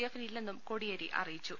A ഫിന് ഇല്ലെന്നും കോടിയേരി അറിയിച്ചു